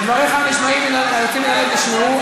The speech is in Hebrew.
דבריך היוצאים מן הלב נשמעו,